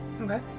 Okay